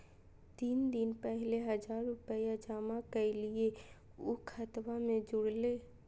तीन दिन पहले हजार रूपा जमा कैलिये, ऊ खतबा में जुरले?